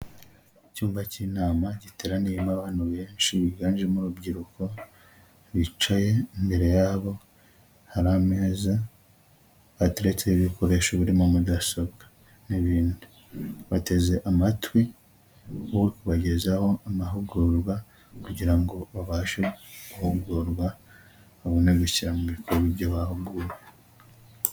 Icyumba cy'inama giteraniyemo abantu benshi biganjemo urubyiruko, bicaye imbere yabo hari ameza, bateretseho ibikoresho birimo mudasobwa n'ibindi, bateze amatwi uri kubagezaho amahugurwa kugira ngo babashe guhugurwa, babone gushyira mu bikorwa ibyo bahuguwe.